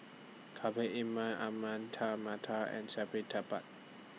Khalil Ahmad Tar Mattar and